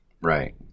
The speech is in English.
Right